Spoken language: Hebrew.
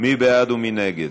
מי בעד ומי נגד?